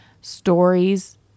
stories